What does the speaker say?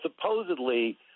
supposedly